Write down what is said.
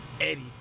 Eddie